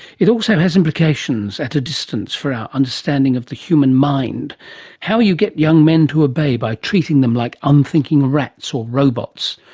it also has implications, at a distance, for our understanding of the human mind how you get young men to obey by treating them like unthinking rats or robots.